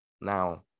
Now